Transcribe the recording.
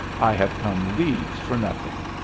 i have come leagues for nothing.